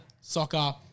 soccer